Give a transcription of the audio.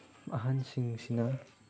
ꯑꯍꯟꯁꯤꯡꯁꯤꯅ